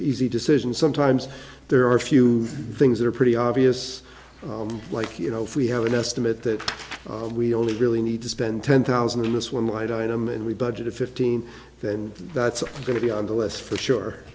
easy decision sometimes there are a few things that are pretty obvious like you know if we have an estimate that we only really need to spend ten thousand in this one line item and we budgeted fifteen then that's going to be on the list for sure